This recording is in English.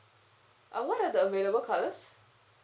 uh what are the available colours